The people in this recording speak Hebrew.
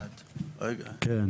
תודה.